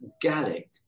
Gallic